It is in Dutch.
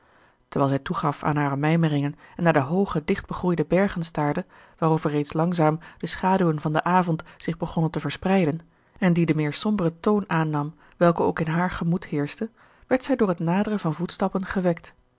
terwijl zij toegaf aan hare mijmeringen en naar de hooge dichtbegroeide bergen staarde waarover reeds langzaam de schaduwen van den avond zich begonnen te verspreiden en die den meer somberen toon aannam welke ook in haar gemoed heerschte werd zij door het naderen van voetstappen gewekt